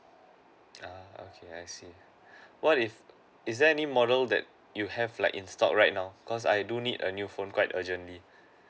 uh okay I see what if is there any model that you have like in stock right now because I do need a new phone quite urgently